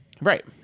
right